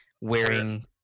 wearing